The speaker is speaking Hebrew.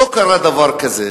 לא קרה דבר כזה.